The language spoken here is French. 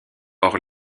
hors